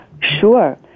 Sure